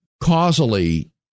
causally